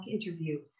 interview